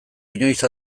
inoiz